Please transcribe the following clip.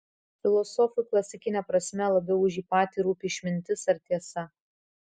filosofui klasikine prasme labiau už jį patį rūpi išmintis ar tiesa